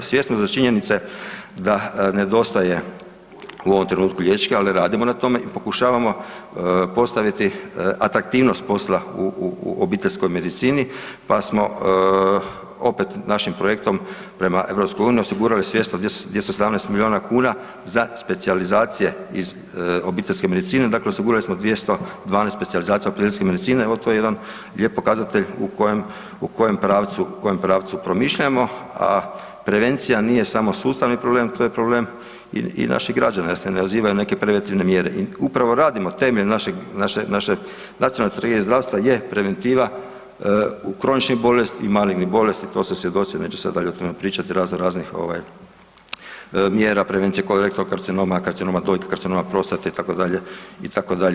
Svjesni smo činjenice da nedostaje u ovom trenutku liječnika, ali radimo na tome i pokušavamo postaviti atraktivnost posla u obiteljskoj medicini pa smo opet, našim projektom prema EU osigurali 217 milijuna kuna za specijalizacije iz obiteljske medicine, dakle osigurali smo 212 specijalizacija obiteljske medicine, to je jedan lijep pokazatelj u kojem pravcu promišljamo, a prevencija nije samo sustavni problem, to je problem i naših građana jer se ne odazivaju na neke preventivne mjere i upravo radimo, temelj naše Nacionalne strategije zdravstva je preventiva u kroničnih bolesti i malignih bolesti, to su svjedoci, neću dalje o tome pričati, razno raznih ovaj mjera prevencije … [[Govornik se ne razumije]] karcinoma, karcinoma dojke, karcinoma prostate itd. itd.